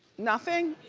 nothing?